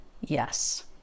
Yes